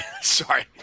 sorry